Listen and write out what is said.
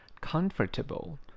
Comfortable